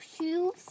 shoes